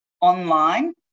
online